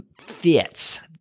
fits